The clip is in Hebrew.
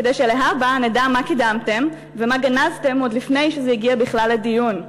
כדי שלהבא נדע מה קידמתם ומה גנזתם עוד לפני שזה הגיע בכלל לדיון.